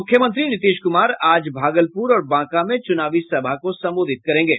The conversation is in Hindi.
मुख्यमंत्री नीतीश कुमार आज भागलपुर और बांका में चुनावी सभा को संबोधित करेंगे